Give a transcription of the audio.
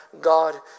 God